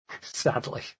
sadly